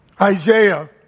Isaiah